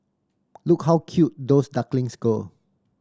look how cute those ducklings go